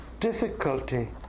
difficulty